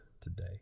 today